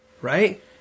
right